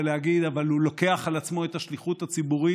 אבל הוא לוקח על עצמו את השליחות הציבורית